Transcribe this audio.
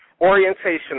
orientation